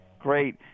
Great